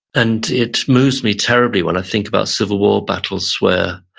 and it moves me terribly when i think about civil war battles were